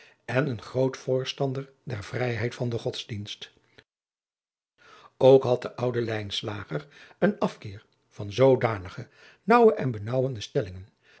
en een groot voorstander der vrijheid van den godsdienst ook had de oude lijnslager een afkeer van zoodanige naauwe en benaauwende